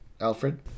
Alfred